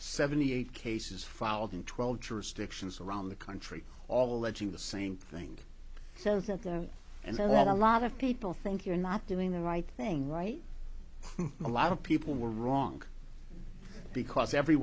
seventy eight cases filed in twelve jurisdictions around the country all alleging the same thing so that there and that a lot of people think you're not doing the right thing right a lot of people were wrong because every